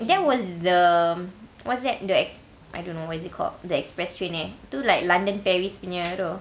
that was the what's that the ex~ I don't know what is it called the express train eh tu like london paris punya tu